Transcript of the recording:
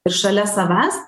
ir šalia savęs